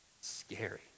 scary